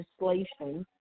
legislation